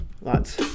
Lots